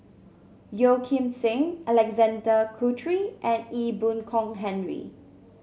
Yeo Kim Seng Alexander Guthrie and Ee Boon Kong Henry